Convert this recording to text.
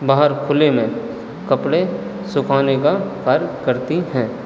बाहर खुले में कपड़े सुखाने का कार्य करती हैं